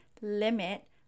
limit